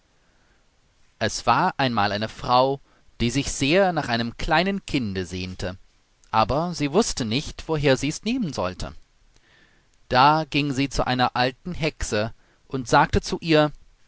es war einmal eine frau die sich sehr nach einem kleinen kinde sehnte aber sie wußte nicht woher sie es nehmen sollte da ging sie zu einer alten hexe und sagte zu ihr